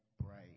bright